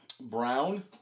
brown